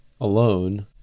alone